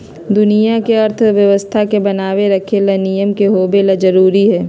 दुनिया के अर्थव्यवस्था के बनाये रखे ला नियम के होवे ला जरूरी हई